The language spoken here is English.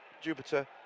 Jupiter